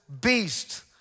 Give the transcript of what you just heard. beast